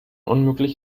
unmöglich